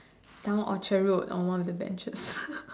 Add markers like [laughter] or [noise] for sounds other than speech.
down Orchard road on one of the benches [laughs]